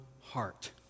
heart